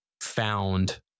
found